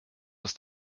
was